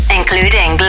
including